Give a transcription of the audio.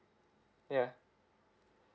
yeah